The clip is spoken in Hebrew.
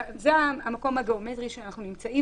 זה המקום הגיאומטרי שבו אנחנו נמצאים,